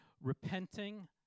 repenting